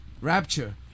Rapture